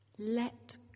Let